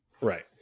Right